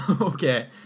Okay